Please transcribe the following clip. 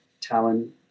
talon